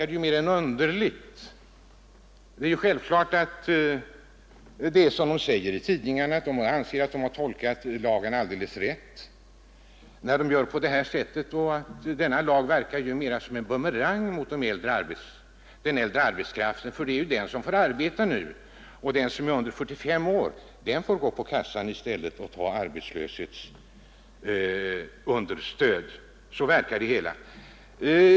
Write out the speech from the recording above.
Det är självfallet riktigt, som det står i tidningarna, att arbetsgivarna anser att de tolkat lagen rätt när de handlar på detta sätt. Men lagen verkar mera som en bumerang mot den äldre arbetskraften, ty det är nu den som får arbeta medan de som är under 45 år i stället får gå till arbetslöshetskassan och lyfta understöd.